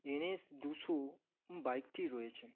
N S দুশো বাইকটি রয়েছে